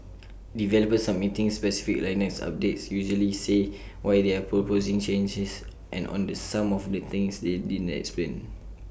developers submitting specific Linux updates usually say why they're proposing changes and on the some of the things they didn't explain